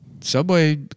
Subway